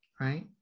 right